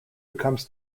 becomes